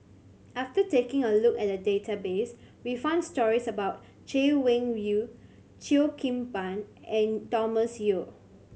after taking a look at the database we found stories about Chay Weng Yew Cheo Kim Ban and Thomas Yeo